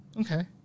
Okay